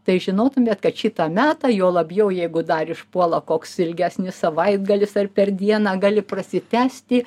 tai žinotumėt kad šitą metą juo labiau jeigu dar išpuola koks ilgesnis savaitgalis ar per dieną gali prasitęsti